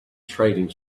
trading